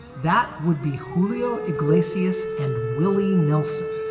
that would be helio iglesias and willie nelson,